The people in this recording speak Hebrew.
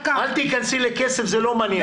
אל תיכנסי לכסף, זה לא מעניין.